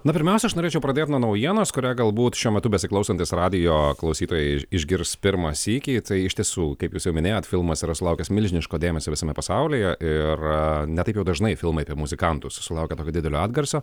na pirmiausia aš norėčiau pradėt nuo naujienos kurią galbūt šiuo metu besiklausantys radijo klausytojai išgirs pirmą sykį tai iš tiesų kaip jūs jau minėjot filmas yra sulaukęs milžiniško dėmesio visame pasaulyje ir ne taip jau dažnai filmai apie muzikantus sulaukia tokio didelio atgarsio